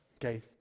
okay